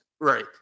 Right